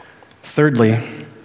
Thirdly